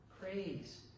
Praise